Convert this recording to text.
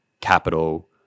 capital